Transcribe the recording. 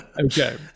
Okay